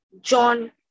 John